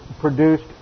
produced